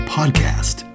Podcast